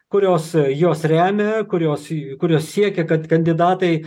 kurios juos remia kurios j kurios siekia kad kandidatai